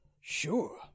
sure